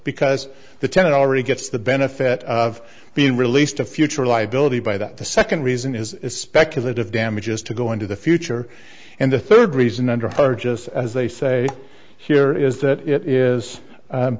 because the tenant already gets the benefit of being released to future liability by that the second reason is speculative damages to go into the future and the third reason under purchase as they say here is that it is u